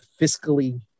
fiscally